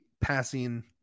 passing